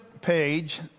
page